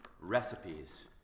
recipes